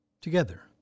Together